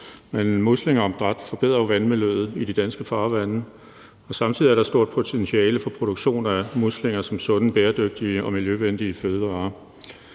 Men muslingeopdræt forbedrer jo vandmiljøet i de danske farvande, og der er samtidig et stort potentiale for produktion af muslinger som sunde, bæredygtige og miljøvenlige fødevarer.